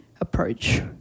approach